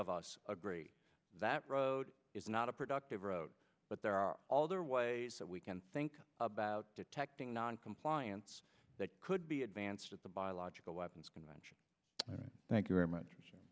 of us agree that road is not a productive route but there are all there are ways that we can think about detecting noncompliance that could be advanced at the biological weapons convention thank you very much i